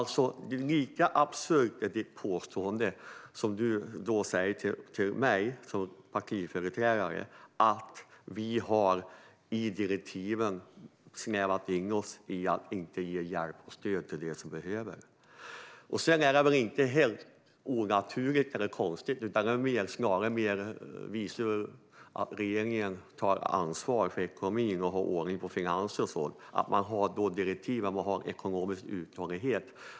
Lika absurt är ditt påstående om att vi har snävat in direktiven för att inte ge hjälp och stöd till dem som behöver. Sedan är det väl inte konstigt utan snarare något som visar att regeringen tar ansvar för ekonomin och har ordning på finanserna att man har direktiv om ekonomisk uthållighet.